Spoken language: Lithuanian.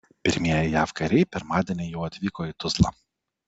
pirmieji jav kariai pirmadienį jau atvyko į tuzlą